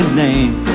name